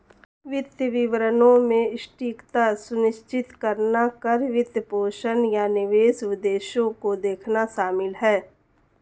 वित्तीय विवरणों में सटीकता सुनिश्चित करना कर, वित्तपोषण, या निवेश उद्देश्यों को देखना शामिल हैं